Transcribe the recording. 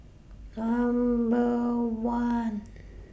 Number one